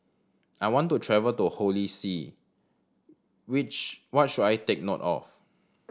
I want to travel to Holy See which what should I take note of